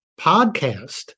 podcast